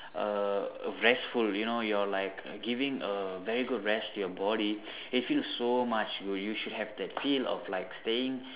err restful you know you are like giving a very good rest to your body it feels so much will you should have that feel of like staying